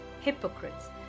hypocrites